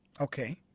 Okay